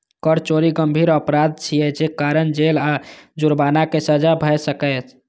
कर चोरी गंभीर अपराध छियै, जे कारण जेल आ जुर्मानाक सजा भए सकैए